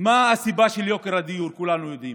מה הסיבה של יוקר הדיור, כולנו יודעים: